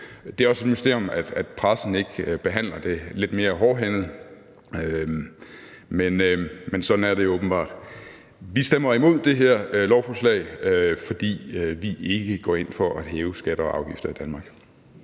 Det er også et mysterium, at pressen ikke behandler det lidt mere hårdhændet, men sådan er det åbenbart. Vi stemmer imod det her lovforslag, fordi vi ikke går ind for at hæve skatter og afgifter i Danmark.